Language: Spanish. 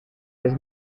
los